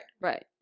right